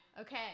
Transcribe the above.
Okay